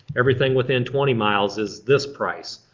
everything within twenty miles is this price.